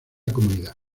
comunidad